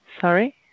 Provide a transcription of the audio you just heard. Sorry